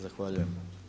Zahvaljujem.